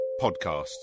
podcasts